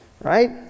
right